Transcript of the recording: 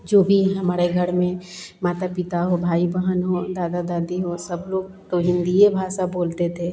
जो भी हमारे घर में माता पिता हो भाई बहन हो दादा दादी हो सब लोग तो हिन्दी ही भाषा बोलते थे